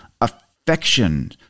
affection